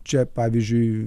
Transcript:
čia pavyzdžiui